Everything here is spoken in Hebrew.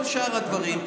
כל שאר הדברים,